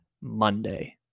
Monday